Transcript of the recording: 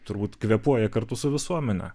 turbūt kvėpuoja kartu su visuomene